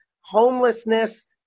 homelessness